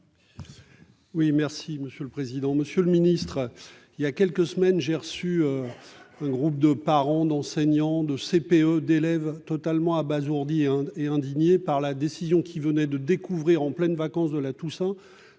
Oui, merci Monsieur le président, Monsieur le Ministre, il y a quelques semaines, j'ai reçu un groupe de parents, d'enseignants, de CPE d'élèves totalement abasourdi et indigné par la décision qui venait de découvrir, en pleines vacances de la Toussaint,